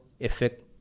effect